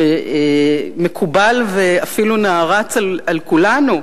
שמקובל ואפילו נערץ על כולנו,